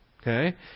Okay